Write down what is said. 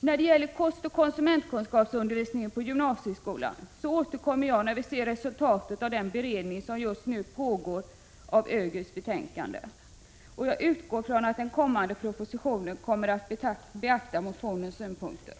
När det gäller kostoch konsumentkunskapsundervisningen på gymnasieskolan återkommer jag när vi ser resultatet av den beredning som just nu pågår av ÖGY:s betänkande. Jag utgår från att den kommande propositionen kommer att beakta motionens synpunkter.